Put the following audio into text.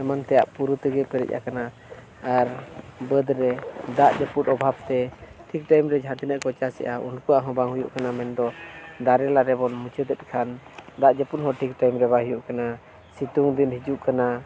ᱮᱢᱟᱱ ᱛᱮᱭᱟᱜ ᱯᱩᱨᱩ ᱛᱮᱜᱮ ᱯᱮᱨᱮᱡ ᱠᱟᱱᱟ ᱟᱨ ᱵᱟᱹᱫᱽ ᱨᱮ ᱫᱟᱜ ᱡᱟᱹᱯᱩᱫ ᱚᱵᱷᱟᱵ ᱛᱮ ᱴᱷᱤᱠ ᱴᱟᱭᱤᱢ ᱨᱮ ᱡᱟᱦᱟᱸ ᱛᱤᱱᱟᱹᱜ ᱠᱚ ᱪᱟᱥᱮᱜᱼᱟ ᱩᱱᱠᱩᱣᱟᱜ ᱦᱚᱸ ᱵᱟᱝ ᱦᱩᱭᱩᱜ ᱠᱟᱱᱟ ᱢᱮᱱᱫᱚ ᱫᱟᱨᱮ ᱞᱟᱨᱮ ᱵᱚᱱ ᱢᱩᱪᱟᱹᱫᱮᱜ ᱠᱷᱟᱱ ᱫᱟᱜ ᱡᱟᱹᱯᱩᱫ ᱦᱚᱸ ᱴᱷᱤᱠ ᱴᱟᱭᱤᱢ ᱨᱮ ᱵᱟᱭ ᱦᱩᱭᱩᱜ ᱠᱟᱱᱟ ᱥᱤᱛᱩᱝ ᱫᱤᱱ ᱦᱤᱡᱩᱜ ᱠᱟᱱᱟ